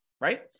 right